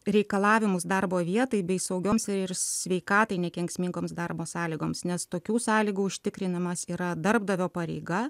reikalavimus darbo vietai bei saugioms ir sveikatai nekenksmingoms darbo sąlygoms nes tokių sąlygų užtikrinimas yra darbdavio pareiga